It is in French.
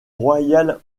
royal